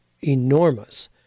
enormous